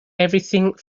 everything